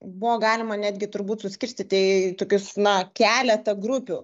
buvo galima netgi turbūt suskirstyti į tokius na keletą grupių